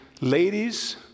ladies